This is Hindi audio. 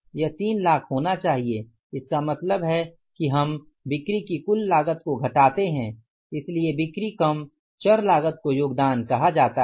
यह 3 लाख होना चाहिए इसका मतलब है कि हम बिक्री की कुल लागत को घटाते हैं इसलिए बिक्री कम चर लागत को योगदान कहा जाता है